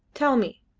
tell me,